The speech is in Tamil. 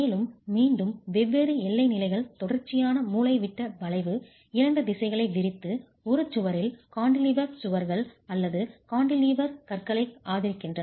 மேலும் மீண்டும் வெவ்வேறு எல்லை நிலைகள் தொடர்ச்சியான மூலைவிட்ட வளைவு 2 திசைகளை விரித்து ஒரு சுவரில் கான்டிலீவர் சுவர்கள் அல்லது கான்டிலீவர் கற்றைகளை ஆதரிக்கின்றன